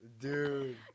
Dude